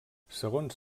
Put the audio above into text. segons